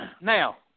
Now